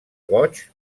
goigs